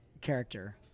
character